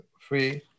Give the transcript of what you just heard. Free